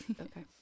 Okay